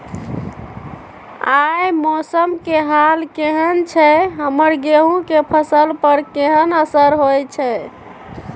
आय मौसम के हाल केहन छै हमर गेहूं के फसल पर केहन असर होय छै?